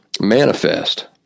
manifest